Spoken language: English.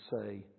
say